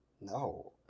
No